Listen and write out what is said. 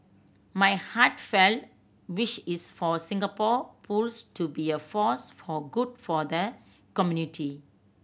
my heartfelt wish is for Singapore Pools to be a force for good for the community